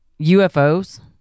UFOs